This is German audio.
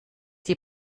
die